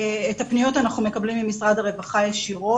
את הפניות אנחנו מקבלים ממשרד הרווחה ישירות,